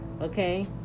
okay